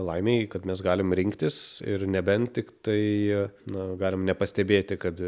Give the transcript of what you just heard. laimei kad mes galim rinktis ir nebent tiktai na galim nepastebėti kad